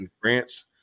France